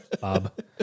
Bob